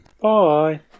Bye